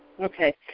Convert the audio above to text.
Okay